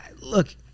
Look